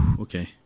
okay